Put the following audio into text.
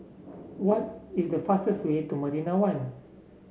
what is the fastest way to Marina One